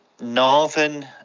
northern